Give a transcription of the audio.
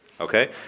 Okay